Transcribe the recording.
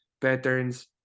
patterns